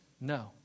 no